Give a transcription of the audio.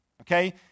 okay